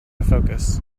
focus